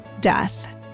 death